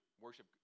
worship